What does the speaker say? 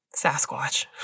Sasquatch